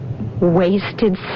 wasted